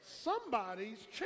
Somebody's